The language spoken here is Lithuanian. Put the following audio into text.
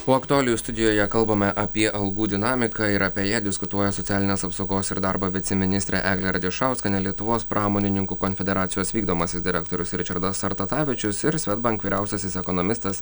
o aktualijų studijoje kalbame apie algų dinamiką ir apie ją diskutuoja socialinės apsaugos ir darbo viceministrė eglė radišauskienė lietuvos pramonininkų konfederacijos vykdomasis direktorius ričardas sartatavičius ir svedbank vyriausiasis ekonomistas